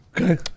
Okay